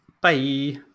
Bye